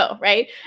Right